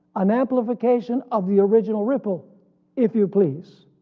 an amplification of the original ripple if you please.